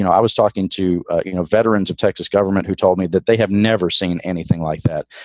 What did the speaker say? i was talking to you know veterans of texas government who told me that they have never seen anything like that.